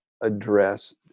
address